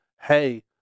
hey